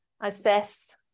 assess